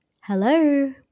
Hello